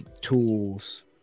tools